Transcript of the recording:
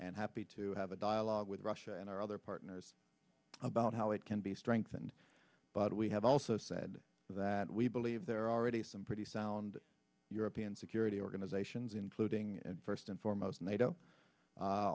and happy to have a dialogue with russia and our other partners about how it can be strengthened but we have also said that we believe there are already some pretty sound european security organizations including first and foremost nato